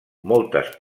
moltes